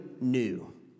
new